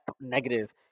negative